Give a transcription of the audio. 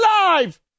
alive